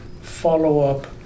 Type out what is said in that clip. follow-up